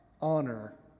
Honor